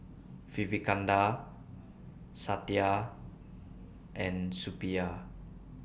Vivekananda Satya and Suppiah